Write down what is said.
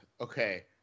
okay